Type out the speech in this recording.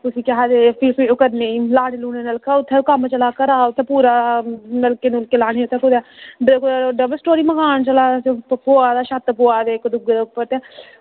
उसी केह् आखदे फ्ही उसी ओह् करनी ई लाने लूने नलका उत्थें कम्म चला दा घरा उत्थै पूरा नलके नुलके लाने उत्थै कुदै डबल स्टोरी मकान चला दा ते पवा दा ऐ छत्त पवा दे इक दुए दे उप्पर ते